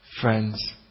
Friends